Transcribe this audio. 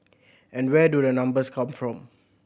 and where do the numbers come from